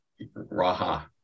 Raha